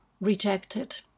rejected